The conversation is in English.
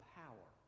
power